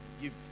give